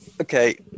Okay